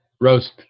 roast